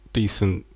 decent